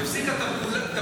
הפסיקה את פעילותה ב-2020.